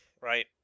Right